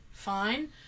fine